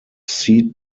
seat